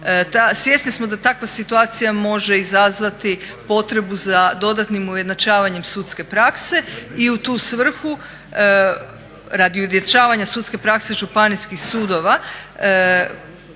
Svjesni smo da takva situacija može izazvati potrebu za dodatnim ujednačavanjem sudske prakse i u tu svrhu radi … sudske prakse županijskih sudova